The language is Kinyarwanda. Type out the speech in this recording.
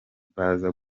baza